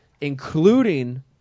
including